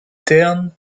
terne